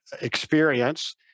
experience